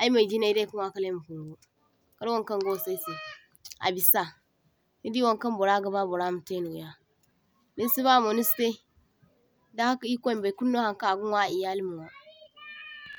ay mai jinai daiy ka nwakala ayma kungu kala wankaŋ ga wasa aysai a bisa nidi wankaŋ burra gaba burra ma tainoya dinsi bamo nisitai dan haka ir’kwai ma baykulu no hankaŋ aga nwa a e’yalay ma nwa.